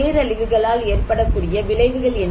பேரழிவுகளால் ஏற்படக்கூடிய விளைவுகள் என்ன